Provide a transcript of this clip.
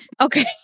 Okay